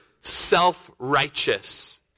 self-righteous